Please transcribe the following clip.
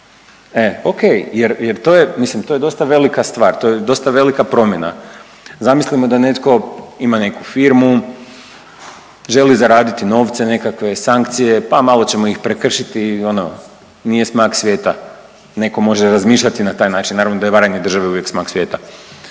e ok, jer to je, mislim to je dosta velika stvar, to je dosta velika promjena. Zamislimo da netko ima neku firmu, želi zaraditi novce nekakve, sankcije, pa malo ćemo ih prekršiti ono nije smak svijeta neko može razmišljati na taj način, naravno da je varanje države uvijek smak svijeta,